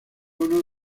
uno